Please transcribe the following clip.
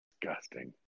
disgusting